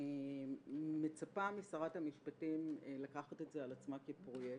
אני מצפה משרת המשפטים לקחת את זה על עצמה כפרויקט.